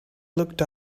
looked